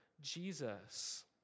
Jesus